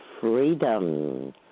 freedom